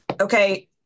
Okay